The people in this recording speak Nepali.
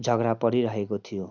झगडा परिरहेको थियो